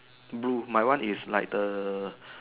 blue my one is like the